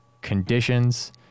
conditions